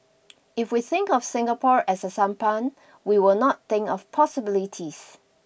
if we think of Singapore as a sampan we will not think of possibilities